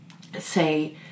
say